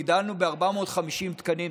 הגדלנו ב-450 תקנים,